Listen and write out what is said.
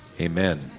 Amen